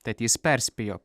tad jis perspėjo